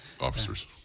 officers